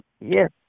yes